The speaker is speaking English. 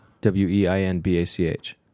W-E-I-N-B-A-C-H